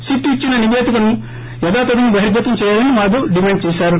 SIT ఇచ్చిన నిపేదికను యధాతథంగా బహిర్గతం చేయాలని మాధవ్ డిమాండ్ చేశారు